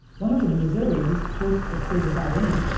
one of the missourians first appeared without any,